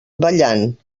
ballant